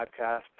podcast